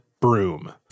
broom